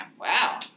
Wow